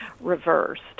reversed